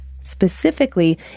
specifically